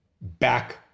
back